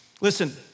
Listen